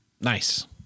nice